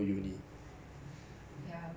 it's not so big but the thing is